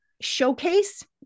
showcase